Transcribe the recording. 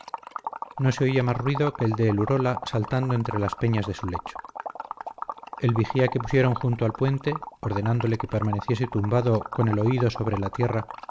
no se oía más ruido que el del urola saltando entre las peñas de su lecho el vigía que pusieron junto al puente ordenándole que permaneciese tumbado con el oído sobre la tierra